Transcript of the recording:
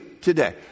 today